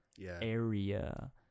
area